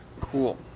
Cool